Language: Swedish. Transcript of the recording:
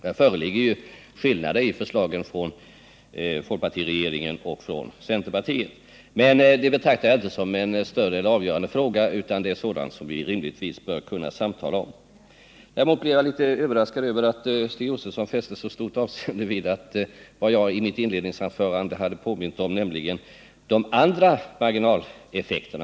Här föreligger det ju skillnader mellan folkpartiregeringens förslag och centerpartiets förslag. Men jag betraktar inte detta som en avgörande fråga utan något som vi rimligtvis bör kunna diskutera. Däremot blev jag litet överraskad över att Stig Josefson fäste så stort avseende vid en sak som jag påminde om i mitt inledningsanförande, nämligen de andra marginaleffekterna.